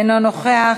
אינו נוכח.